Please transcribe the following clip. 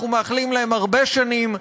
אנחנו מאחלים להם הרבה שנים.